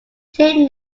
team